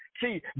See